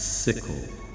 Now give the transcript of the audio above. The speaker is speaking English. sickle